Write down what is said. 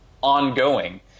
ongoing